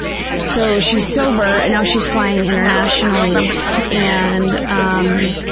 so, she's sober and now she's flying internationally and um